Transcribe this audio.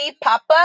papa